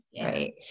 right